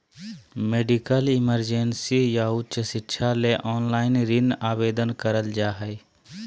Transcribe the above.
medical emergency या उच्च शिक्षा ले ऑनलाइन ऋण आवेदन करल जा हय